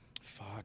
Fuck